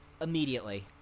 Immediately